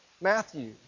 Matthew